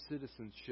citizenship